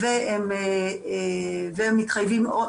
אביעד תודה רבה רבה.